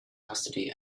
custody